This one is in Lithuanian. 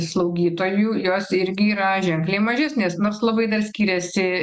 slaugytojų jos irgi yra ženkliai mažesnės nors labai dar skiriasi